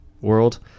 world